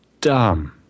dumb